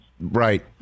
Right